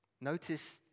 Notice